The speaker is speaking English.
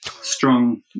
strong